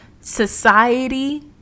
society